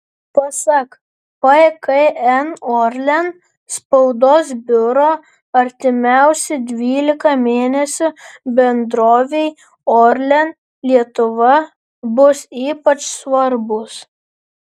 pasak pkn orlen spaudos biuro artimiausi dvylika mėnesių bendrovei orlen lietuva bus ypač svarbūs